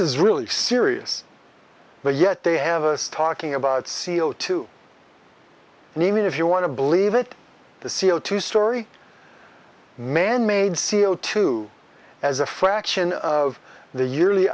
is really serious but yet they have a talking about c o two and even if you want to believe it the c o two story manmade c o two as a fraction of the yearly